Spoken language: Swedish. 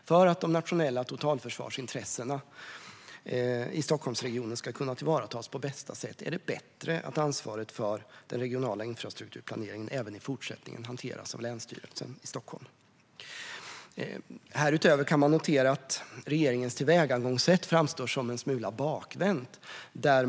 För att de nationella totalförsvarsintressena i Stockholmsregionen ska kunna tillvaratas på bästa sätt är det bättre att ansvaret för den regionala infrastrukturplaneringen även i fortsättningen hanteras av länsstyrelsen i Stockholm. Härutöver kan man notera att regeringens tillvägagångssätt framstår som en smula bakvänt.